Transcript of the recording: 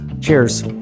Cheers